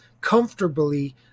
comfortably